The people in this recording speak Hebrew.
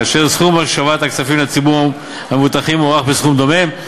כאשר סכום השבת הכספים לציבור המבוטחים מוערך בסכום דומה.